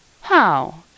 How